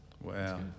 Wow